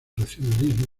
racionalismo